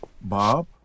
Bob